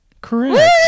Correct